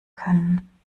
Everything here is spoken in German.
können